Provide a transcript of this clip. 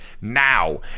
now